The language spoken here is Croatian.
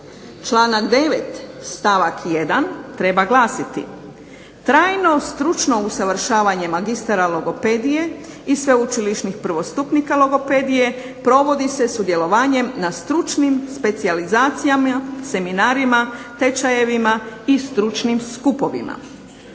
stavak 1. treba glasiti, trajno stručno usavršavanje magistara logopedije i sveučilišnih prvostupnika logopedije provodi se sudjelovanjem na stručnim specijalizacijama, seminarima, tečajevima i stručnim skupovima.